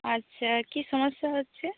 আচ্ছা কী সমস্যা হচ্ছে